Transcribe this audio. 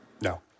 No